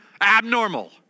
abnormal